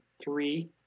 three